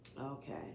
okay